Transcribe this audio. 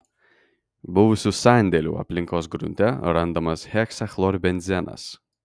buvusių sandėlių aplinkos grunte randamas heksachlorbenzenas